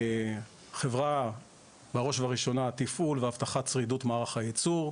החברה בראש ובראשונה תפעול והבטחת שרידות מערך הייצור.